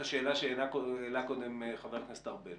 את השאלה שהעלה קודם חבר הכנסת ארבל,